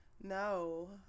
No